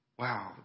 Wow